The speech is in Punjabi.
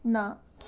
ਨਾ